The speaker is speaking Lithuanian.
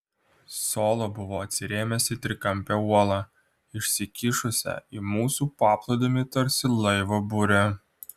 solo buvo atsirėmęs į trikampę uolą išsikišusią į mūsų paplūdimį tarsi laivo burė